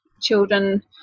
children